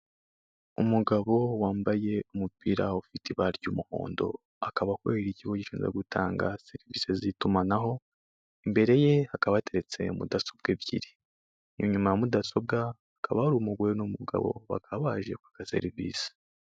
Umugabo wambaye umupira ufite ibara ry'umuhondo, akaba akorera ikigo gishinzwe gutanga serivise z'itumanaho, imbere ye hakaba hateretse mudasobwa ebyiri. Inyuma ya mudasobwa hakaba hari umugore n'umugabo, bakaba baje kwaka serivisi.